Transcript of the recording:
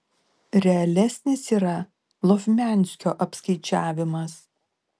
realesnis yra lovmianskio apskaičiavimas